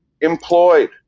employed